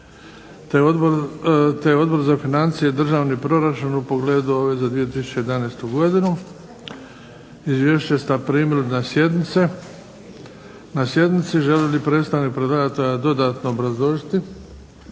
te Odbor za financije, državni proračun u pogledu ove za 2011. godinu. Izvješća ste primili na sjednici. Želi li predstavnik predlagatelja dodatno obrazložiti?